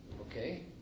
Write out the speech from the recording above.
Okay